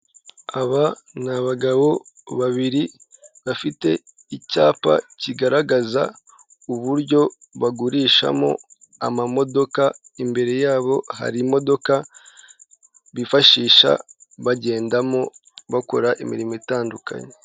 Aba ni abagabo babiri bafite icyapa kigaragaza uburyo bagurishamo amamodoka, imbere yabo hari imodoka bifashisha bagendamo bakora imirimo itandukanye.